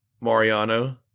Mariano